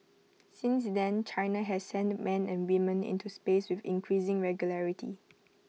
since then China has sent men and women into space with increasing regularity